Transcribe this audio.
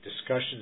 discussions